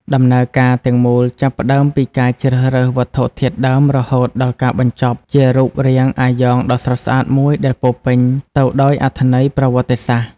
ដំណើរការទាំងមូលចាប់ផ្តើមពីការជ្រើសរើសវត្ថុធាតុដើមរហូតដល់ការបញ្ចប់ជារូបរាងអាយ៉ងដ៏ស្រស់ស្អាតមួយដែលពោរពេញទៅដោយអត្ថន័យប្រវត្តិសាស្ត្រ។